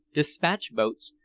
despatch-boats,